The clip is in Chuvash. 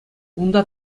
унта